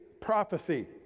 prophecy